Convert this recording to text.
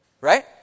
right